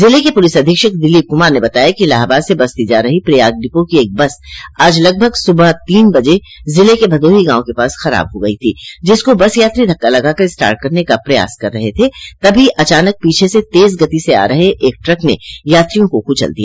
जिले के पुलिस अधीक्षक दिलीप कुमार ने बताया कि इलाहाबाद से बस्ती जा रही प्रयाग डिपो की एक बस आज लगभग सुबह तीन बजे जिले के भदोही गांव के पास खराब हो गई थी जिसको बस यात्री धक्का लगाकर स्टार्ट करने का प्रयास कर रहे थे तभी अचानक पीछे से तेज गति से आ रहे एक ट्रक ने यात्रियों को कुचल दिया